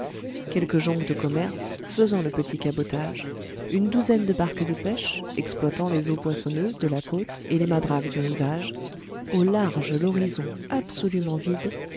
quelques jonques de commerce faisant le petit cabotage une douzaine de barques de pêche exploitant les eaux poissonneuses de la côte et les madragues du rivage au large l'horizon absolument vide